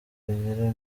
rugira